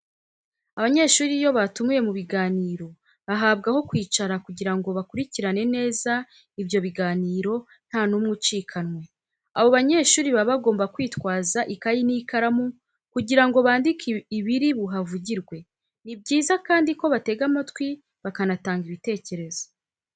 Abanyeshuri iyo batumiwe mu biganiro bahabwa aho kwicara kugira ngo bakurikirane neza ibyo biganiro nta n'umwe ucikanwe. Abo banyeshuri baba bagomba kwitwaza ikayi n'ikaramu kugira ngo bandike ibiri buhavugirwe. Ni byiza kandi ko batega amatwi bakanatanga ibitekerezo.